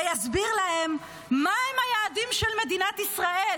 ויסביר להם מהם היעדים של מדינת ישראל,